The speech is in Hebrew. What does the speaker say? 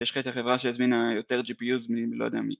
יש לך את החברה שהזמינה יותר GPUs מלא יודע מי